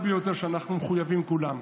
שאנחנו מחויבים לה כולם,